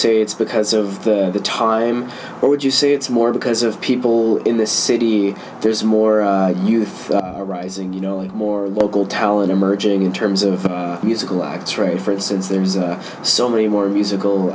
say it's because of the time or would you say it's more because of people in the city there's more youth rising you know more local talent emerging in terms of musical acts or a for instance there's so many more musical